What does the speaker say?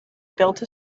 built